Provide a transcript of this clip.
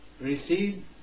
receive